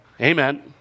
Amen